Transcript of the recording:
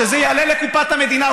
שזה יעלה לקופת המדינה.